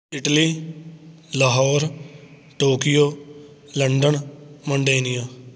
Italy Lahore Tokyo London ਮੋਂਡੇਨੀਆ